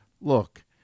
look